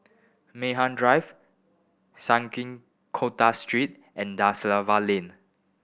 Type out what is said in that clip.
Mei Hwan Drive Sungei Kadut Street and Da Silva Lane